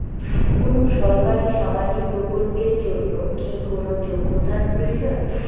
কোনো সরকারি সামাজিক প্রকল্পের জন্য কি কোনো যোগ্যতার প্রয়োজন?